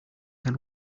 can